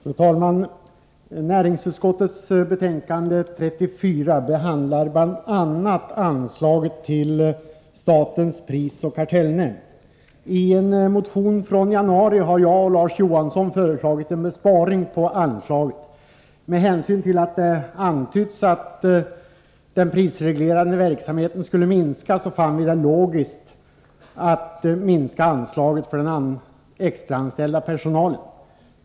Fru talman! Näringsutskottets betänkande 34 behandlar bl.a. anslaget till statens prisoch kartellnämnd. I en motion från januari har jag och Larz Johansson föreslagit en minskning av anslaget. Med hänsyn till att det antytts att den prisreglerande verksamheten skulle minska, fann vi det logiskt att minska anslaget för den extraanställda personalen.